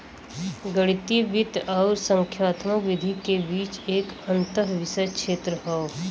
गणितीय वित्त आउर संख्यात्मक विधि के बीच एक अंतःविषय क्षेत्र हौ